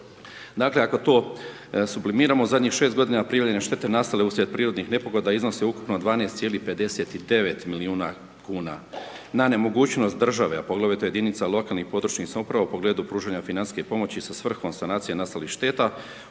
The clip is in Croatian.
Dakle, ako to sublimiramo zadnjih 6 godina prijavljene štete nastale usred prirodnih nepogoda iznose ukupno 12,59 milijuna kuna. Na nemogućnost države, a poglavito jedinica lokalne i područne samouprava u pogledu pružanja financijske pomoći sa svrhom sanacije nastalih šteta